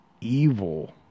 evil